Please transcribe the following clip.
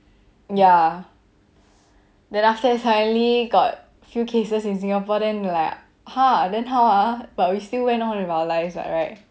ya then after suddenly got few cases in singapore then we like !huh! then how ah but we still went on with our lives what right